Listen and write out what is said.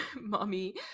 mommy